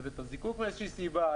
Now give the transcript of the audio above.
בבית הזיקוק מאיזושהי סיבה,